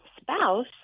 spouse